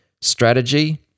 Strategy